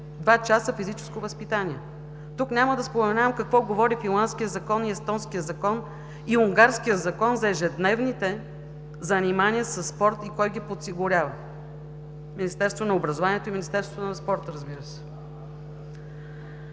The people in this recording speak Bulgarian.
два часа физическо възпитание! Тук няма да споменавам какво говорят финландският закон, естонският закон и унгарският закон за ежедневните занимания със спорт и кой ги подсигурява – Министерството на образованието и Министерството на спорта, разбира се.